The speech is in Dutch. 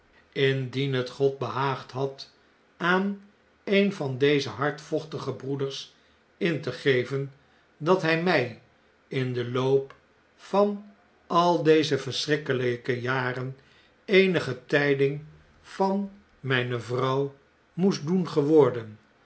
indien het god behaagd had aan een van deze hardvochtige broeders in te geven dat hjj m j in den loop van al deze verschrikkeljjke de ooespeong van de schaduw jaren eenige tiding van mjjne vrouw moest doen geworden